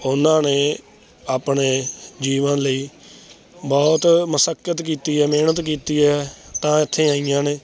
ਉਹਨਾਂ ਨੇ ਆਪਣੇ ਜੀਵਨ ਲਈ ਬਹੁਤ ਮੁਸ਼ੱਕਤ ਕੀਤੀ ਹੈ ਮਿਹਨਤ ਕੀਤੀ ਹੈ ਤਾਂ ਇੱਥੇ ਆਈਆਂ ਨੇ